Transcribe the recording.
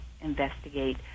investigate